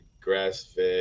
grass-fed